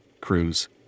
cruise